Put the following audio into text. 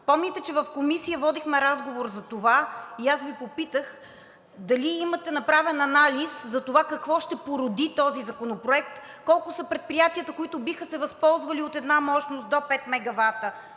Помните, че в Комисията водихме разговор за това и аз Ви попитах – дали имате направен анализ за това какво ще породи този законопроект? Колко са предприятията, които биха се възползвали от една мощност до 5 мегавата,